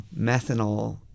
methanol